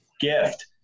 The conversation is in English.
gift